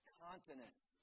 continents